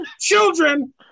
children